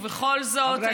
ובכל זאת,